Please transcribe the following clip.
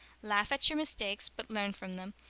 laugh at your mistakes but learn from them,